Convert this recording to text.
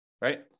right